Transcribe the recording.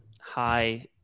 high